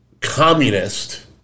communist